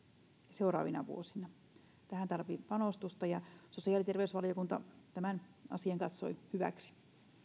seuraavina vuosina tähän tarvitaan panostusta ja sosiaali ja terveysvaliokunta tämän asian katsoi hyväksi